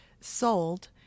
sold